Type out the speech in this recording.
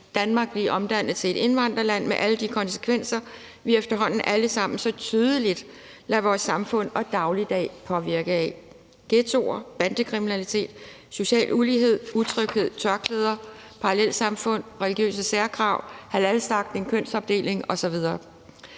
Danmark blive omdannet til et indvandrerland med alle de konsekvenser, som vi efterhånden alle sammen tydeligt lader vores samfund og vores dagligdag påvirke af. Ghettoer, bandekriminalitet, social ulighed, utryghed, tørklæder, parallelsamfund, religiøse særkrav, halalslagtning, kønsopdeling osv.